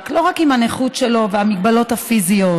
לא רק עם הנכות שלו והמגבלות הפיזיות